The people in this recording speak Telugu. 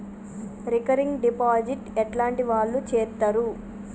రికరింగ్ డిపాజిట్ ఎట్లాంటి వాళ్లు చేత్తరు?